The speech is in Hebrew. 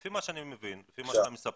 לפי מה שאני מבין, לפי מה שאתה מספר,